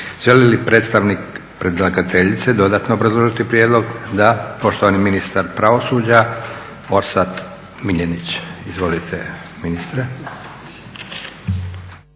Želi li predstavnik predlagateljice dodatno obrazložiti prijedlog? Da. Poštovani ministar pravosuđa Orsat Miljenić. Izvolite ministre.